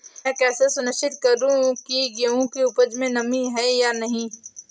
मैं कैसे सुनिश्चित करूँ की गेहूँ की उपज में नमी है या नहीं?